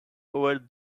over